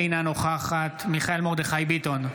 אינה נוכחת מיכאל מרדכי ביטון,